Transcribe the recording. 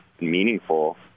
meaningful